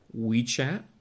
WeChat